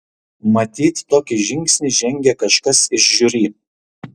matyt tokį žingsnį žengė kažkas iš žiuri